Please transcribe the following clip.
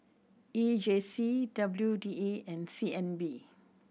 E J C W D A and C N B